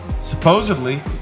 supposedly